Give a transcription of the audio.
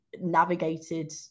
navigated